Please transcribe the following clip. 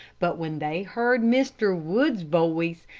but when they heard mr. wood's voice,